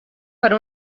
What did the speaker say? per